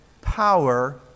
power